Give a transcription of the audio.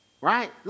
Right